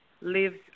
lives